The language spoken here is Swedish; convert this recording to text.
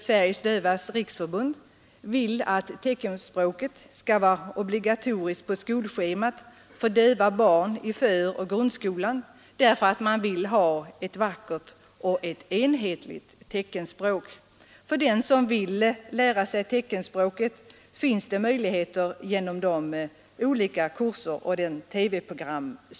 Sveriges dövas riksförbund vill att teckenspråket skall vara obligatoriskt på skolschemat för döva barn i föroch grundskolan, därför att man önskar få ett vackert och enhetligt teckenspråk. För dem som vill lära sig teckenspråket finns det alltså möjligheter genom olika kurser och TV-program.